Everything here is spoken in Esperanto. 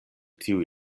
tiuj